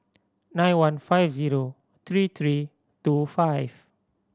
nine one five zero three three two five